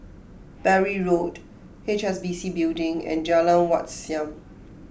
Bury Road H S B C Building and Jalan Wat Siam